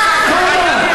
כמה?